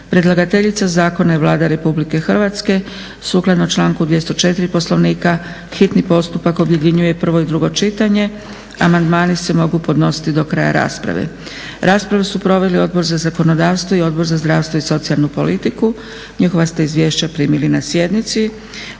Predlagateljica zakona je Vlada Republike Hrvatske. Sukladno članku 204. Poslovnika hitni postupka objedinjuje prvo i drugo čitanje. Amandmani se mogu podnositi do kraja rasprave. Raspravu su proveli Odbor za zakonodavstvo i Odbora za zdravstvo i socijalnu politiku. Njihova ste izvješća primili na sjednici.